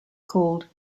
called